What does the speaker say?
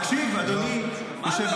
-- הטבות, תקשיב, אדוני היושב-ראש.